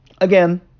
Again